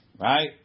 Right